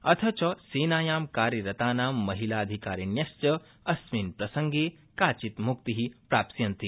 अथ च सेनायां कार्यरतानां महिलाधिकारिण्यश्च अस्मिन् प्रसंगे काचित् मृक्ति प्राप्स्यन्ति